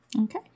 Okay